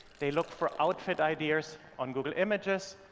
they look for outfit ideas on google images,